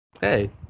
Hey